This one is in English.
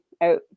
out